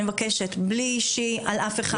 אני מבקשת בלי אישי על אף אחד.